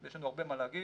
יש לנו הרבה מה להגיד.